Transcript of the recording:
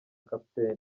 capt